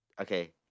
Okay